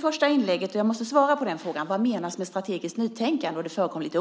första inlägget ställdes frågan vad som menas med strategiskt nytänkande, och jag måste svara på den.